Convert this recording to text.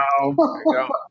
Wow